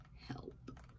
help